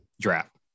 draft